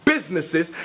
businesses